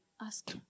Ask